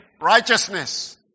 Righteousness